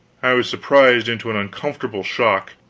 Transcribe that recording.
i was surprised into an uncomfortable shock.